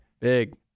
Big